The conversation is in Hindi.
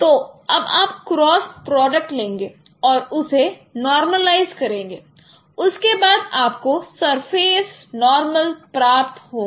तो अब आप क्रॉस प्रोडक्ट लेंगे और उसे नॉर्मलाइस करेंगे उसके बाद आपको सरफेस नॉर्मल प्राप्त होगा